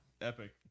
Epic